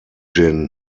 gin